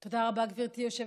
תודה רבה, גברתי היושבת-ראש.